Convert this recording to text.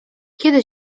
kiedy